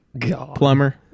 Plumber